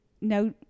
no